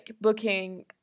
booking